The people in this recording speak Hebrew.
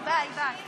סעיף מס'